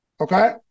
Okay